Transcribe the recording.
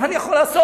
מה אני יכול לעשות?